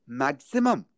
maximum